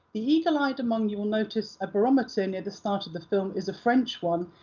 the eagle-eyed among you will notice a barometer near the start of the film is a french one,